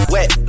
Wet